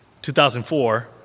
2004